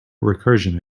recursion